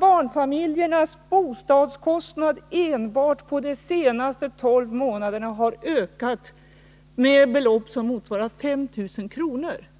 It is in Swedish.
Barnfamiljernas bostadskostnader däremot har enbart under de senaste tolv månaderna ökat med ca 5 000 kr.